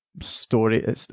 story